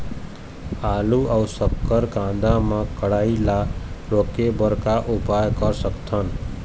आलू अऊ शक्कर कांदा मा कढ़ाई ला रोके बर का उपाय कर सकथन?